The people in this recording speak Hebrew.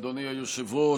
אדוני היושב-ראש.